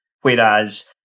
Whereas